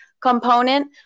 component